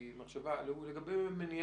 כמובן,